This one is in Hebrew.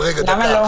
למה לא?